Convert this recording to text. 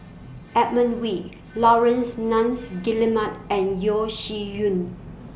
Edmund Wee Laurence Nunns Guillemard and Yeo Shih Yun